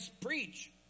preach